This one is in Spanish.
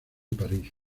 parís